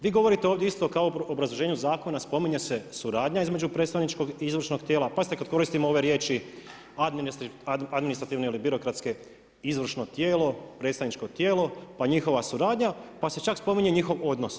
Vi govorite ovdje isto kao o obrazloženju zakona, spominje se suradnja između predstavničkog i izvršnoga tijela, pa ste kada koristimo ove riječi administrativno ili birokratsko izvršno tijelo, predstavničko tijelo, pa njihova suradnja, pa se čak spominje njihov odnos.